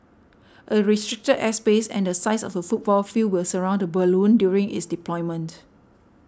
a restricted airspace and the size of a football field will surround the balloon during its deployment